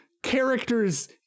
characters